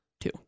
Two